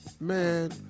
Man